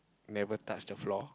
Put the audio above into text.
never touch the floor